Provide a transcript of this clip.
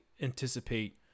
anticipate